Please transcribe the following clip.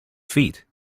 feet